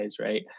right